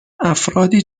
افرادی